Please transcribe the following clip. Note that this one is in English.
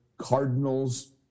Cardinals